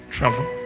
Travel